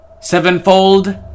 sevenfold